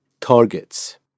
targets